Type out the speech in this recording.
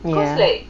ya